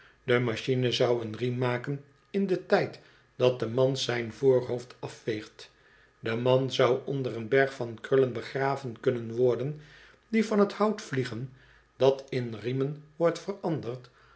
de machine zou een riem maken in den tijd dat de man zijn voorhoofd afveegt de man zou onder een berg van krullen begraven kunnen worden die van t hout vliegen dat in riemen wordt veranderd